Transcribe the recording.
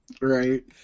Right